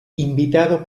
invitado